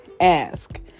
ask